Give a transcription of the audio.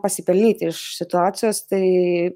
pasipelnyti iš situacijos tai